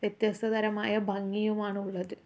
വ്യത്യസ്ത തരമായ ഭംഗിയുമാണുള്ളത്